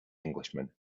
englishman